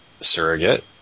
surrogate